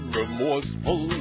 remorseful